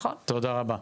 תודה רבה.